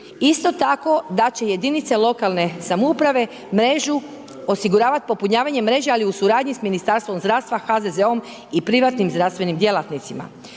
isto tako da će jedinice lokalne samouprave mrežu osiguravati popunjavanjem mreže ali u suradnji s Ministarstvom zdravstva, HZZ-om i privatnim zdravstvenim djelatnicima.